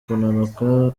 kunanuka